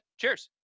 cheers